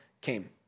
came